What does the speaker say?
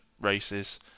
races